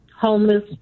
homeless